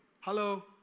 Hello